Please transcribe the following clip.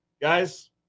Guys